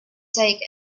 take